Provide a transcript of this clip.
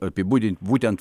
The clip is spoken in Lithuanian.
apibūdint būtent